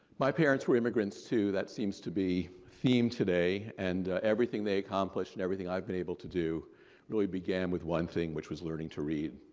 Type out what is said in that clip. my parents were immigrants too. that's seems to be theme today. and everything they accomplished and everything i've been able to do really began with one thing which was learning to read.